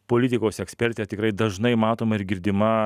politikos ekspertė tikrai dažnai matoma ir girdima